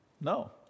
No